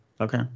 Okay